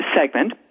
segment